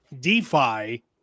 DeFi